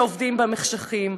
שעובדים במחשכים.